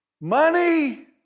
money